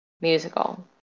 musical